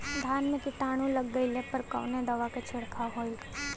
धान में कीटाणु लग गईले पर कवने दवा क छिड़काव होई?